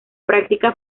práctica